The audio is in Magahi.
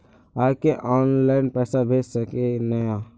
आहाँ के ऑनलाइन पैसा भेज सके है नय?